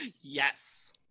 Yes